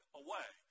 away